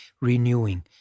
renewing